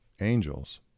angels